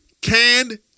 Canned